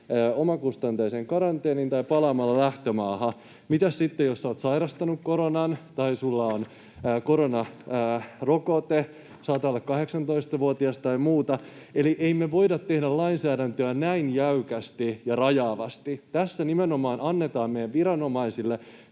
omakustanteiseen karanteeniin tai palaamalla lähtömaahan. Mitä sitten, jos sinä olet sairastanut koronan tai sinulla on koronarokote, sinä olet alle 18-vuotias tai muuta? Eli emme me voi tehdä lainsäädäntöä näin jäykästi ja rajaavasti. Tässä nimenomaan annetaan meidän viranomaisille